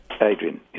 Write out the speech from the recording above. Adrian